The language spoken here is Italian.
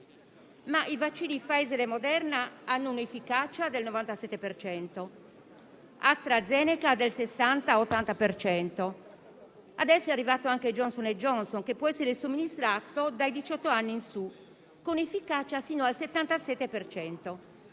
Ma i vaccini Pfizer e Moderna hanno un'efficacia del 97 per cento e Astrazeneca del 60-80 per cento. Adesso è arrivato anche Johnson & Johnson, che può essere somministrato dai diciotto anni in su, con efficacia fino al 77